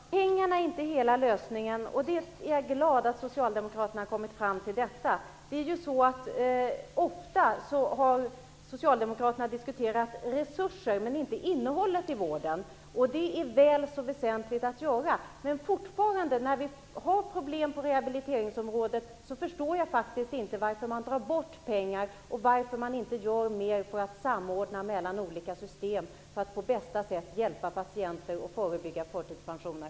Herr talman! Pengarna är inte hela lösningen. Det är jag glad att Socialdemokraterna har kommit fram till. Ofta har Socialdemokraterna diskuterat resurser men inte innehållet i vården. Det är väl så väsentligt att göra. Jag förstår fortfarande inte varför man drar bort pengar när vi har problem på rehabiliteringsområdet och varför man inte gör mer för att samordna mellan olika system för att på bästa sätt hjälpa patienter och förebygga förtidspensioner.